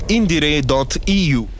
Indire.eu